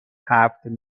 هفت